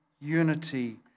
unity